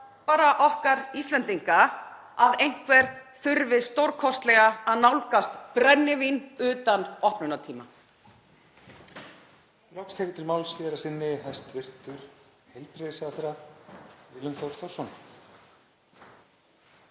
bara okkar Íslendinga að einhver þurfi stórkostlega að nálgast brennivín utan opnunartíma.